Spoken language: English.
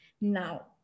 Now